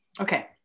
Okay